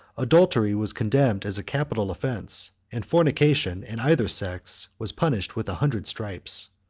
adultery was condemned as a capital offence and fornication, in either sex, was punished with a hundred stripes.